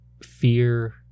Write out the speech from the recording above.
Fear